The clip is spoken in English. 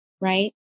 right